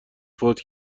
فوت